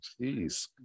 Jeez